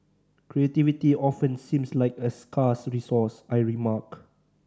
creativity often seems like a scarce resource I remark